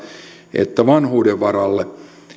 että vanhuuden varalle